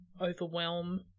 overwhelm